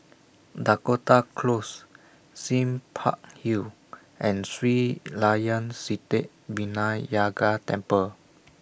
Dakota Close Sime Park Hill and Sri Layan Sithi Vinayagar Temple